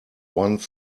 one